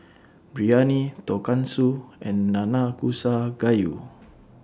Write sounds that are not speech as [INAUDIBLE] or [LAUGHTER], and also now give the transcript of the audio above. Biryani Tonkatsu and Nanakusa Gayu [NOISE]